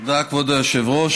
תודה, כבוד היושב-ראש.